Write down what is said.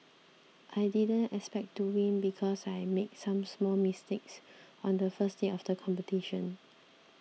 I didn't expect to win because I made some small mistakes on the first day of the competition